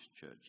church